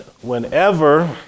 whenever